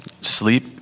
Sleep